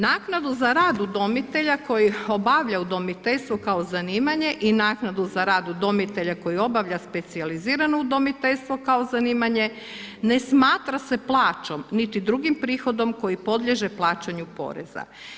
Naknadu za rad udomitelja, koji obavlja udomiteljstvo kao zanimanje i naknadu za rad udomitelja koji obavlja specijalizirano udomiteljstvo kao zanimanje, ne smatra se plaćom, niti drugim prihodom, koji podliježe plaćanju porezna.